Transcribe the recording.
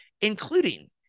including